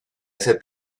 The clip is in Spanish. ese